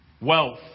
Wealth